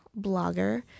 blogger